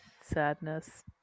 sadness